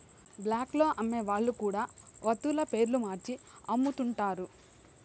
black లో అమ్మే వాళ్ళు కూడా వత్తుల పేర్లు మార్చి అమ్ముతుంటారు